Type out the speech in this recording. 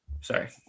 Sorry